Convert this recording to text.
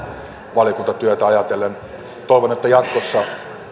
valiokuntatyötä ajatellen toivon että jatkossa